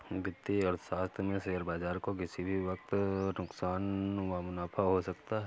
वित्तीय अर्थशास्त्र में शेयर बाजार को किसी भी वक्त नुकसान व मुनाफ़ा हो सकता है